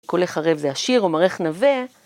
קולך ערב זה השיר ומראייך נאוה.